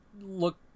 look